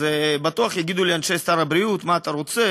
אז בטוח יגידו לי אנשי שר הבריאות: מה אתה רוצה?